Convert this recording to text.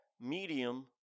medium